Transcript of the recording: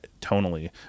tonally